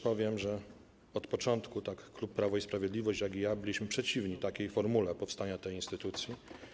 Powiem też, że od początku tak klub Prawo i Sprawiedliwość, jak i ja byliśmy przeciwni takiej formule powstania tej instytucji.